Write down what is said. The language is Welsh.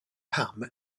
pam